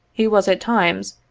he was, at times,